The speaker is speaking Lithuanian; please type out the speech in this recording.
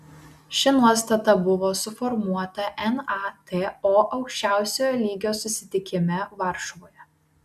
ši nuostata buvo suformuluota nato aukščiausiojo lygio susitikime varšuvoje